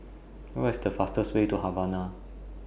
What IS The fastest Way to Havana